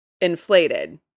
inflated